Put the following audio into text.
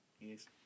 Yes